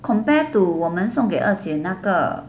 compared to 我们送给二姐那个